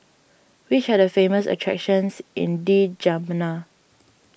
which are the famous attractions in N'Djamena